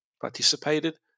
participated